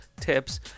tips